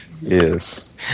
Yes